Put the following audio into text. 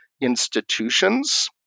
institutions